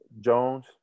Jones